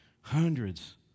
hundreds